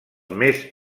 més